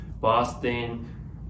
Boston